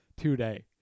today